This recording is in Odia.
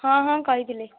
ହଁ ହଁ କହିଥିଲେ